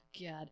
God